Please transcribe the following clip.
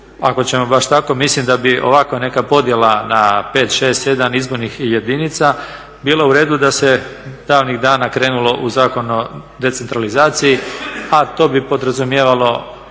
ako ćemo baš tako, mislim da bi ovako neka podjela na pet, šest, sedam izbornih jedinica bila u redu da se davnih dana krenulo u Zakon o decentralizaciji, a to bi podrazumijevalo